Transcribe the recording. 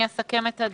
אמרו פה כל חבריי,